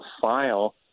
file